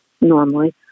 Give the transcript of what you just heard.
normally